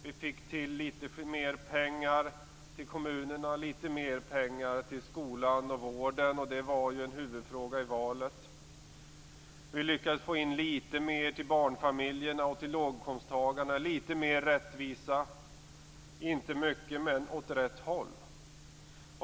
Vi fick till lite mer pengar till kommunerna och lite mer pengar till skolan och vården. Det var en huvudfråga i valet. Vi lyckades få in lite mer till barnfamiljerna och till låginkomsttagarna - lite mer rättvisa. Det var inte mycket, men det gick åt rätt håll.